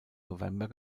november